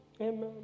amen